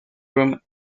room